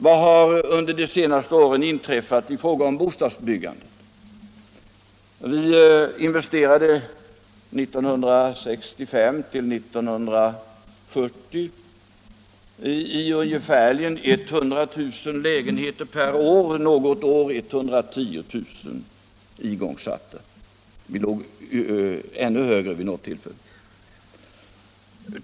Vad har under de senaste åren inträffat i fråga om t.ex. bostadsbyggandet? Vi investerade under åren 1965-1970 i ungefär 100 000 igångsatta lägenheter per år, något år 110 000. Vi låg ännu högre vid något tillfälle.